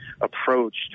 approached